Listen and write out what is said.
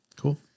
Cool